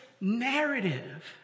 narrative